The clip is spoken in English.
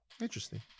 Interesting